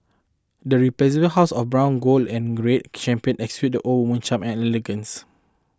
the resplendent hues of brown gold and red champagne exude old when charm and elegance